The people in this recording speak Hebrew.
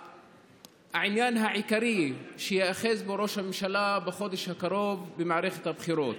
העניין העיקרי שבו ייאחז ראש הממשלה בחודש הקרוב במערכת הבחירות.